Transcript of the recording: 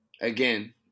again